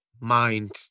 mind